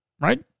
Right